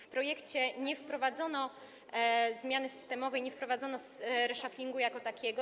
W projekcie nie wprowadzono zmiany systemowej, nie wprowadzono reshufflingu jako takiego.